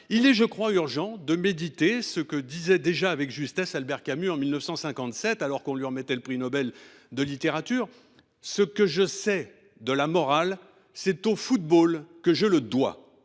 il est selon moi urgent de méditer ce que disait déjà, avec justesse, Albert Camus en 1957, alors qu’on lui remettait le prix Nobel de littérature :« Ce que je sais de la morale, c’est au football que je le dois.